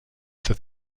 that